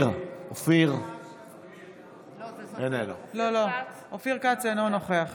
אינו נוכח